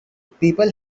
people